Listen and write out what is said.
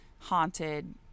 haunted